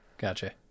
Gotcha